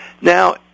Now